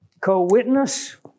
Co-witness